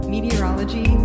Meteorology